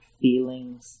feelings